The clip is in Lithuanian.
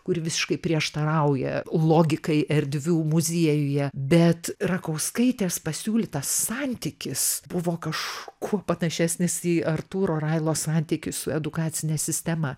kuri visiškai prieštarauja logikai erdvių muziejuje bet rakauskaitės pasiūlytas santykis buvo kažkuo panašesnis į artūro railos santykį su edukacine sistema